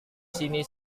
sini